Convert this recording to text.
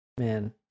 Man